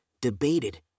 debated